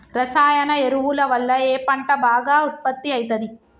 రసాయన ఎరువుల వల్ల ఏ పంట బాగా ఉత్పత్తి అయితది?